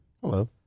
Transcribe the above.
Hello